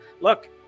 look